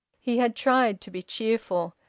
he had tried to be cheerful,